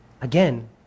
Again